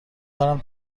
دارم